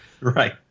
Right